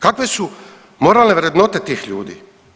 Kakve su moralne vrednote tih ljudi?